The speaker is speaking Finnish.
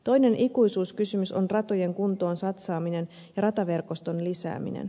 toinen ikuisuuskysymys on ratojen kuntoon satsaaminen ja rataverkoston lisääminen